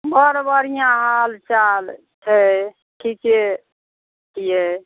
बड़ बढ़िआँ हालचाल छै ठीके छिए